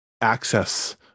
access